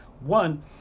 One